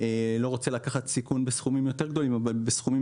לא רוצה לקחת סיכון בסכומים יותר גבוהים אבל בסכומים